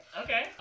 Okay